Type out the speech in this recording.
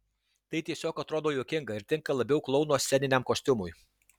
tai tiesiog atrodo juokinga ir tinka labiau klouno sceniniam kostiumui